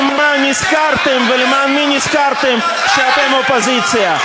מה נזכרתם ולמען מי נזכרתם שאתם אופוזיציה.